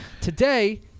Today